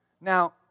Now